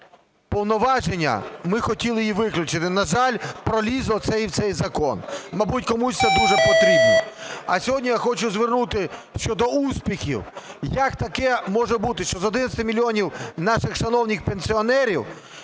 повноваження, ми хотіли її виключити. На жаль, пролізло це і в цей закон, мабуть, комусь це дуже потрібно. А сьогодні я хочу звернути щодо успіхів. Як таке може бути, що з 11 мільйонів наших шановних пенсіонерів